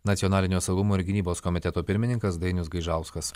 nacionalinio saugumo ir gynybos komiteto pirmininkas dainius gaižauskas